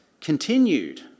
continued